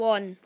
One